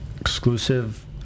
exclusive